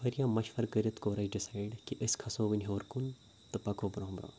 واریاہ مشوَر کٔرِتھ کوٚر اَسہِ ڈِسایڈ کہِ أسۍ کھَسو وَنۍ ہیوٚر کُن تہٕ پَکو برونٛہہ برونٛہہ